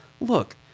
look